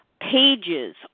pages